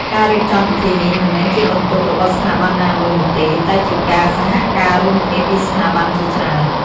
ការរៀបចំពិធីនេះមិនមែនជាបន្ទុករបស់ស្ថាប័នណាមួយនោះទេ តែជាការសហការរួមគ្នាពីស្ថាប័នជាច្រើន។